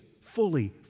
fully